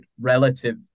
relative